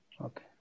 Okay